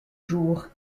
jours